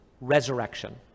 resurrection